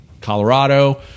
Colorado